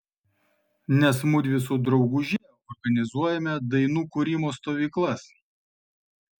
nes mudvi su drauguže organizuojame dainų kūrimo stovyklas